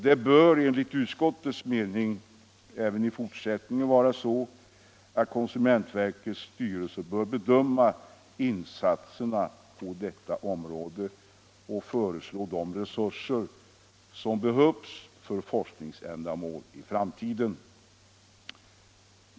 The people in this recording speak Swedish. Det bör enligt utskottets mening även i fortsättningen vara så att konsumentverkets styrelse bedömer insatserna på detta område och anger de resurser som behövs för forskningsändamål i framtiden.